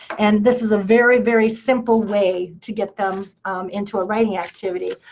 and this is a very, very simple way to get them into a writing activity.